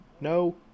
no